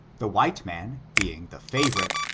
the white man, being the favorite,